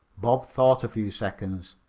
bob thought a few seconds.